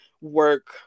work